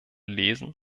lesen